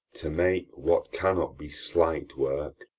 to make what cannot be, slight work.